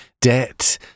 debt